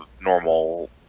normal